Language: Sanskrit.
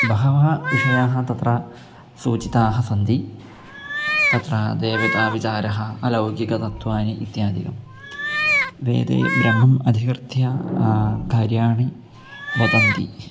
बहवः विषयाः तत्र सूचिताः सन्ति तत्र देवताविचारः अलौकिकतत्त्वानि इत्यादिकं वेदे ब्रह्मम् अधिकृत्य कार्याणि वदन्ति